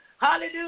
Hallelujah